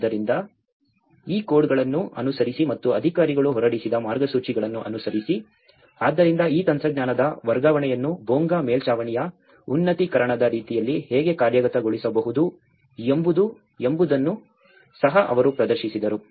ಆದ್ದರಿಂದ ಈ ಕೋಡ್ಗಳನ್ನು ಅನುಸರಿಸಿ ಮತ್ತು ಅಧಿಕಾರಿಗಳು ಹೊರಡಿಸಿದ ಮಾರ್ಗಸೂಚಿಗಳನ್ನು ಅನುಸರಿಸಿ ಆದ್ದರಿಂದ ಈ ತಂತ್ರಜ್ಞಾನದ ವರ್ಗಾವಣೆಯನ್ನು ಬೋಂಗಾ ಮೇಲ್ಛಾವಣಿಯ ಉನ್ನತೀಕರಣದ ರೀತಿಯಲ್ಲಿ ಹೇಗೆ ಕಾರ್ಯಗತಗೊಳಿಸಬಹುದು ಎಂಬುದನ್ನು ಸಹ ಅವರು ಪ್ರದರ್ಶಿಸಿದರು